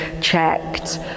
checked